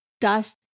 dust